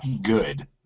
good